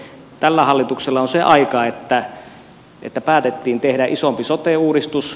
tällä hallituksella on se aika että päätettiin tehdä isompi sote uudistus